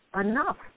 enough